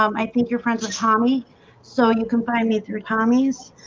um i think you're friends with tommy so you can find me through tommy's